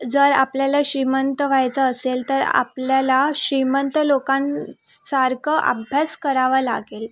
जर आपल्याला श्रीमंत व्हायचं असेल तर आपल्याला श्रीमंत लोकांसारखं अभ्यास करावा लागेल